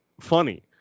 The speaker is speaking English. funny